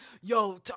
Yo